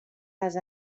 les